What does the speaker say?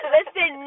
Listen